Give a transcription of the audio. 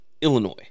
Illinois